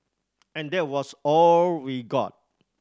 and that was all we got